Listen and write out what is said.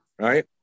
right